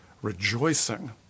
rejoicing